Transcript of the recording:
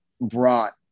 brought